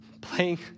Playing